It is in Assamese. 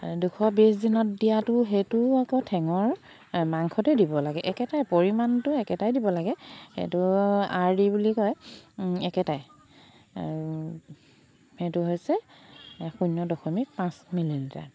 দুশ বিছ দিনত দিয়াতো সেইটো আকৌ ঠেঙৰ মাংসতেই দিব লাগে একেটাই পৰিমাণটো একেটাই দিব লাগে সেইটো আৰ দি বুলি কয় একেটাই আৰু সেইটো হৈছে শূন্য দশমিক পাঁচ মিলি লিটাৰ